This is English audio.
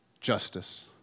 Justice